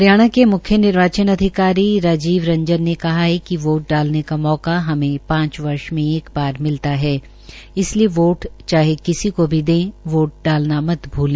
हरियाणा के मुख्य निर्वाचन अधिकारी राजीव रंजन ने कहा है कि वोट डालने का मौका हमें पांच वर्ष में एक बार मिलता है इसलिये वोट चाहे किसी को भी दे वोट डालना मत भूले